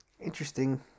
Interesting